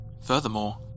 Furthermore